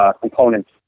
components